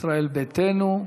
ישראל ביתנו,